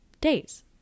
days